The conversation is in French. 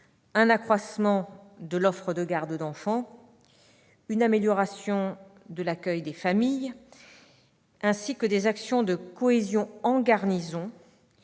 un accroissement de l'offre de gardes d'enfants, une amélioration de l'accueil des familles, ainsi que des actions de cohésion en garnison